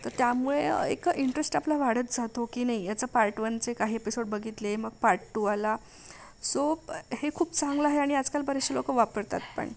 त त्यामुळे एक इंटरेस्ट आपला वाढत जातो की नही याचा पार्ट वनचे काही एपिसोड बघितले मग पार्ट टू आला सो हे खूप चांगलं आहे आणि बरेचसे लोक वापरतात पण